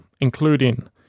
including